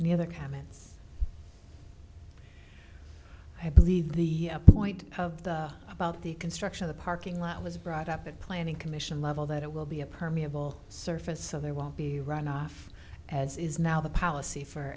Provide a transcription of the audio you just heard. the other comments i believe the point of the about the construction of the parking lot was brought up and planning commission level that it will be a permeable surface so there will be runoff as is now the policy for